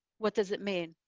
what does it mean?